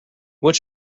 what